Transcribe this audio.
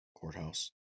Courthouse